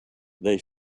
they